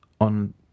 on